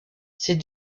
ses